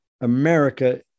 America